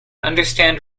understand